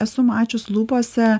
esu mačius lūpose